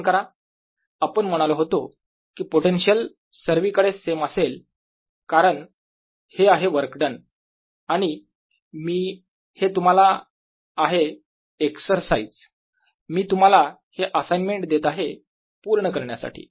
आठवण करा आपण म्हणालो होतो कि पोटेन्शियल सर्वीकडे सेम असेल कारण हे आहे वर्क डन आणि मी हे तुम्हाला आहे एक्झरसाइज मी तुम्हाला हि असाइनमेंट देत आहे पूर्ण करण्यासाठी